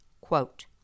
Quote